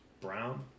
brown